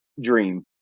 dream